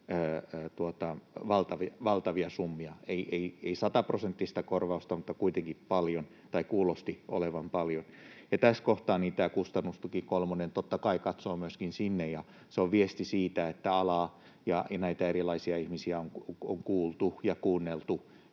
valtavia summia — ei sataprosenttista korvausta, mutta kuitenkin paljon, tai kuulosti olevan paljon. Tässä kohtaa tämä kustannustuki kolmonen totta kai katsoo myöskin sinne, ja se on viesti siitä, että alaa ja näitä erilaisia ihmisiä on kuultu ja kuunneltu